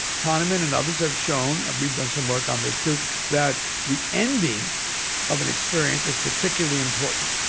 kahneman and others have shown we've done some work on this, too that the ending of an experience is particularly important.